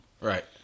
Right